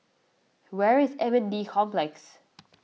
where is M N D Complex